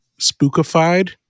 spookified